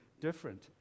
different